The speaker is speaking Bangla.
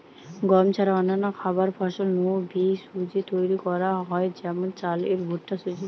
গম ছাড়া অন্যান্য খাবার ফসল নু বি সুজি তৈরি করা হয় যেমন চালের ভুট্টার সুজি